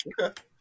okay